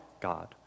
God